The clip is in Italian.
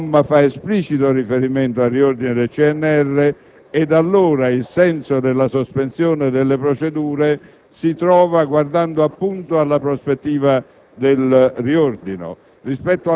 oggetto fa esplicito riferimento al riordino del CNR e, allora, il senso della sospensione delle procedure si trova guardando, appunto, alla prospettiva del riordino,